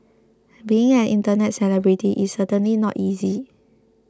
being an internet celebrity is certainly not easy